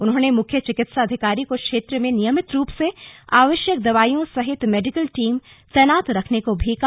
उन्होंने मुख्य चिकित्साधिकारी को क्षेत्र में नियमित रूप से आवश्यक दवाईयों सहित मेडिकल टीम तैनात रखने को भी कहा